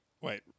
wait